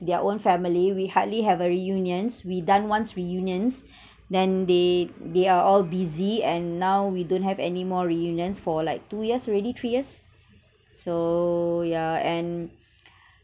their own family we hardly have a reunions we done once reunions then they they are all busy and now we don't have any more reunions for like two years already three years so ya and